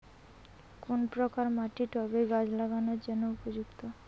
কোন প্রকার মাটি টবে গাছ লাগানোর জন্য উপযুক্ত?